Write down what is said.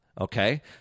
Okay